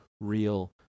real